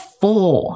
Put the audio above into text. four